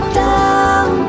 down